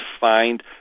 find